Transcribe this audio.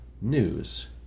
NEWS